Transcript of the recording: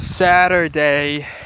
Saturday